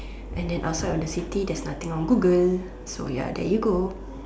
and then outside of the city there's nothing on Google so ya there you go